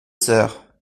sœurs